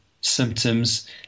symptoms